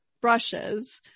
brushes